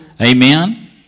Amen